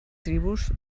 tribus